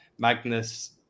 Magnus